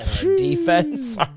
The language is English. Defense